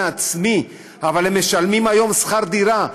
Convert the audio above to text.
העצמי אבל הן משלמות היום שכר דירה,